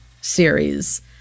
series